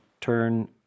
turn